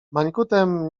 mańkutem